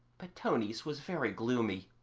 but tony's was very gloomy.